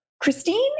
Christine